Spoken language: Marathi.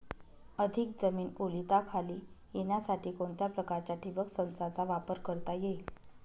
अधिक जमीन ओलिताखाली येण्यासाठी कोणत्या प्रकारच्या ठिबक संचाचा वापर करता येईल?